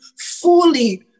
fully